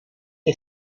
que